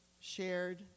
shared